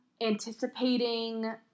anticipating